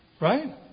right